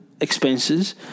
expenses